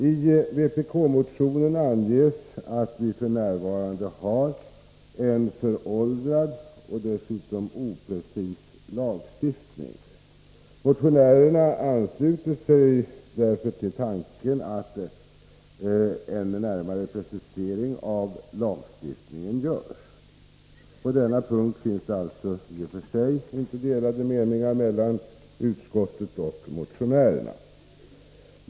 I vpk-motionen anges att vi f. n. har en föråldrad och dessutom oprecis lagstiftning. Motionärerna ansluter sig därför till tanken att en närmare precisering av lagstiftningen görs. På denna punkt finns det alltså i och för sig inte delade meningar mellan utskottet och motionärerna.